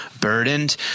burdened